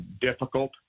difficult